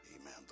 amen